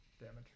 damage